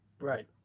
Right